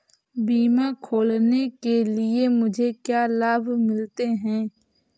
बीमा खोलने के लिए मुझे क्या लाभ मिलते हैं?